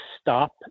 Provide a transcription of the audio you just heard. stop